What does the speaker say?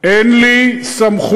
אין לי סמכויות,